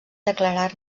declarar